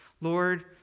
Lord